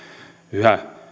yhä